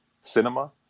cinema